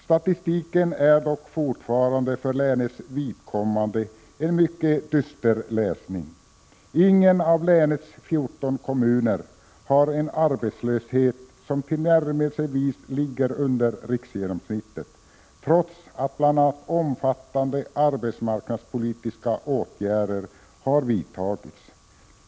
Statistiken är dock fortfarande för länets vidkommande en mycket dyster läsning. Ingen av länets 14 kommuner har en arbetslöshet som tillnärmelsevis ligger under riksgenomsnittet, trots att bl.a. omfattande arbetsmarknadspolitiska åtgärder har vidtagits.